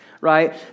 right